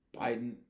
Biden